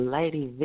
Lady